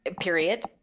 period